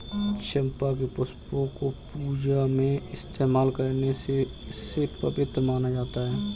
चंपा के पुष्पों को पूजा में इस्तेमाल करने से इसे पवित्र माना जाता